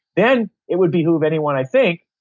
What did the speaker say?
then, it would behoove anyone, i think,